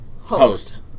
Host